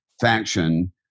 faction